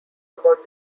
about